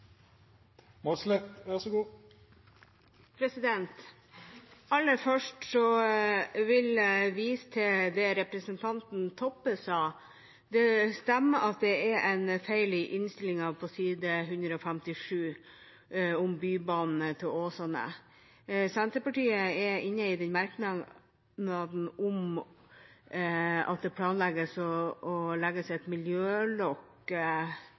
Aller først vil jeg vise til det representanten Toppe sa. Det stemmer at det er en feil i innstillingen på side 157 om bybane til Åsane. Senterpartiet står inne i merknaden om at det planlegges å legge et miljølokk